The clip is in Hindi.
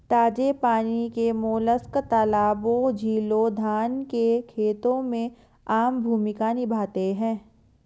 ताजे पानी के मोलस्क तालाबों, झीलों, धान के खेतों में आम भूमिका निभाते हैं